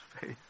faith